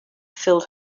filled